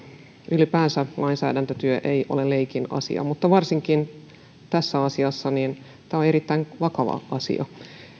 ylipäänsä lainsäädäntötyö ei ole leikin asia muttei varsinkaan tässä asiassa tämä on erittäin vakava asia